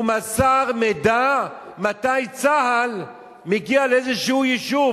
הוא מסר מידע מתי צה"ל מגיע לאיזשהו יישוב.